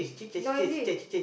noisy